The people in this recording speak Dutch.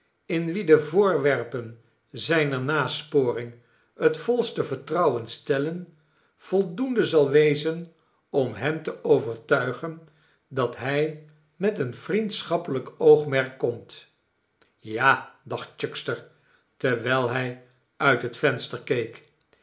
in wien de voorwerpen zijner nasporing het volste vertrouwen stellen voldoende zal wezen om hen te overtuigen dat hij met een vriendschappelijk oogmerk komt ja dacht chuckster terwijl hij uit het venster keek